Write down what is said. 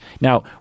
Now